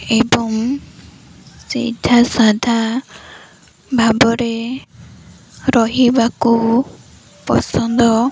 ଏବଂ ସିଧାସାଧା ଭାବରେ ରହିବାକୁ ପସନ୍ଦ